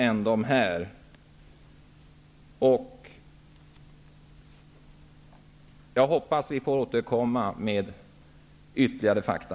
Jag hoppas att vi får återkomma med ytterligare fakta.